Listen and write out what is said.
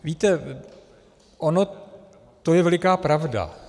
Víte, ono to je veliká pravda.